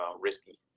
risky